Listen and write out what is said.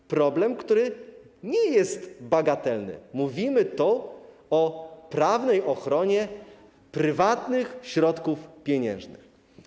To problem, który nie jest bagatelny, mówimy o prawnej ochronie prywatnych środków pieniężnych.